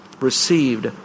received